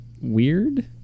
weird